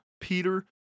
Peter